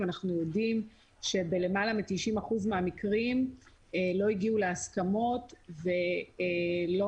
אנחנו יודעים שלמעלה מ-90% מהמקרים לא הגיעו להסכמות ולא